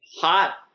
hot